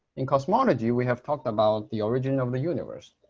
in cosmology, we have talked about the origin of the universe.